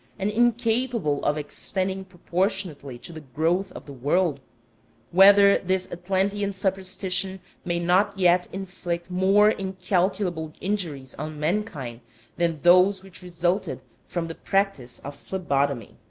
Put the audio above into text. and incapable of expanding proportionately to the growth of the world whether this atlantean superstition may not yet inflict more incalculable injuries on mankind than those which resulted from the practice of phlebotomy.